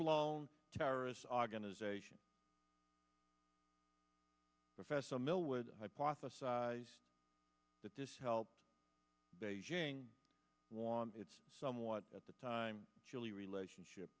blown terrorist organization professor millward hypothesized that this helped beijing won its somewhat at the time chilly relationship